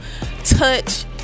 touch